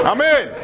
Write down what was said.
Amen